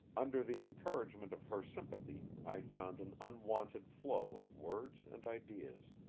under the encouragement of her sympathy i found an unwonted flow of words and ideas.